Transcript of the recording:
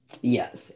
Yes